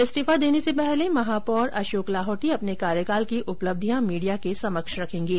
इस्तीफा देने से पहले महापौर अशोक लाहोटी अपने कार्यकाल की उपलब्धियां मीडिया के समक्ष रखेंगे